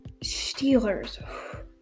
Steelers